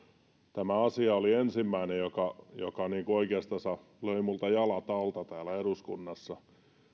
tämä asia oli ensimmäinen joka joka oikeastansa löi minulta jalat alta täällä eduskunnassa